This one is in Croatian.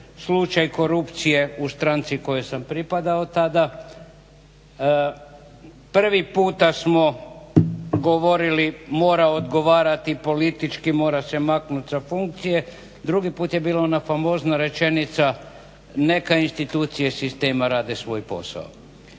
slučaj korupcije u stranci kojoj sam pripadao tada. Prvi puta smo govorili mora odgovarati politički, mora se maknuti sa funkcije, drugi put je bila ona famozna rečenica neka institucije sistema rade svoj posao.